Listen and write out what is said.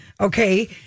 okay